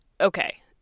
Okay